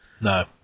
No